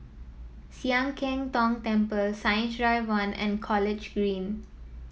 Sian Keng Tong Temple Science Drive One and College Green